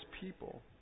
people